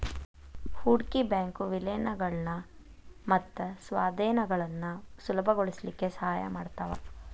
ಹೂಡ್ಕಿ ಬ್ಯಾಂಕು ವಿಲೇನಗಳನ್ನ ಮತ್ತ ಸ್ವಾಧೇನಗಳನ್ನ ಸುಲಭಗೊಳಸ್ಲಿಕ್ಕೆ ಸಹಾಯ ಮಾಡ್ತಾವ